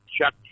Chuck